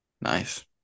Nice